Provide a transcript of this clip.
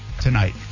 Tonight